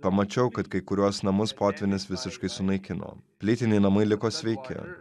pamačiau kad kai kuriuos namus potvynis visiškai sunaikino plytiniai namai liko sveiki